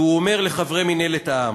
והוא אומר לחברי מינהלת העם: